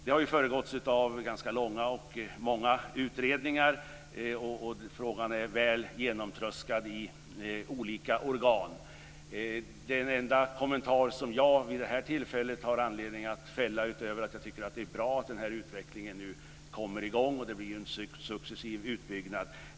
Det har ju föregåtts av ganska många och långa utredningar, och frågan är väl genomtröskad i olika organ. En enda kommentar har jag vid det här tillfället anledning att fälla, utöver att jag tycker att det är bra att utvecklingen nu kommer i gång och att det blir en successiv utbyggnad.